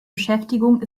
beschäftigung